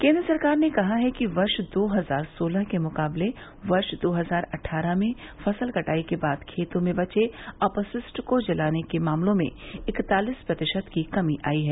केन्द्र सरकार ने कहा है कि वर्ष दो हजार सोलह के मुकाबले वर्ष दो हजार अट्ठारह में फसल कटाई के बाद खेतों में बचे अपशिष्ट को जलाने के मामलों में इकतालिस प्रतिशत की कमी आई है